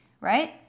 right